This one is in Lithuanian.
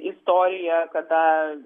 istoriją kada